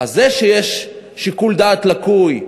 אז זה שיש שיקול דעת לקוי,